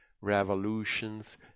revolutions